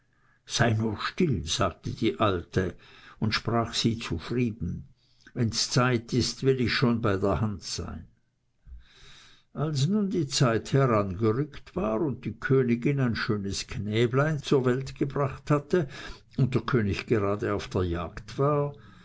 sei nur still sagte die alte und sprach sie zufrieden wenns zeit ist will ich schon bei der hand sein als nun die zeit herangerückt war und die königin ein schönes knäblein zur welt gebracht hatte und der könig gerade auf der jagd war